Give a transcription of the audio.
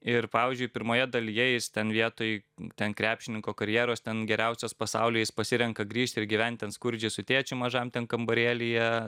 ir pavyzdžiui pirmoje dalyje jis ten vietoj ten krepšininko karjeros ten geriausios pasaulyje jis pasirenka grįžt ir gyventi skurdžiai su tėčiu mažam ten kambarėlyje